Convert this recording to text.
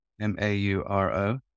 M-A-U-R-O